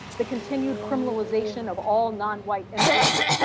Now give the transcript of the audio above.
the continued criminalization of all non-white immigrants,